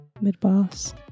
Mid-boss